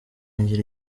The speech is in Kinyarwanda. ngira